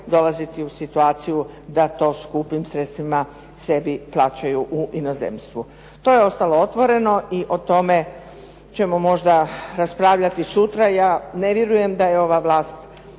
dolaziti u situaciju da to skupim sredstvima sebi plaćaju u inozemstvu. To je ostalo otvoreno i o tome ćemo možda raspravljati sutra. Ja ne vjerujem da je ova vlast